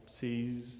sees